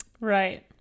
Right